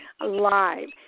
live